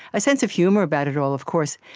a sense of humor about it all, of course,